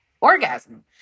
orgasm